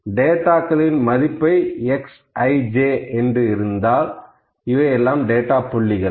டேட்டாக்களின் மதிப்பு xij என்று இருந்தால் இவை டேட்டா புள்ளிகள்